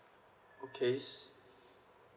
okays